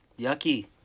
yucky